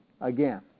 again